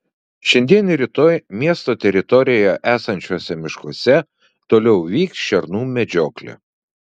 šiandien ir rytoj miesto teritorijoje esančiuose miškuose toliau vyks šernų medžioklė